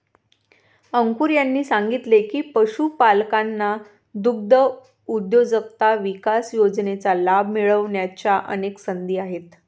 अंकुर यांनी सांगितले की, पशुपालकांना दुग्धउद्योजकता विकास योजनेचा लाभ मिळण्याच्या अनेक संधी आहेत